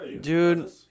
Dude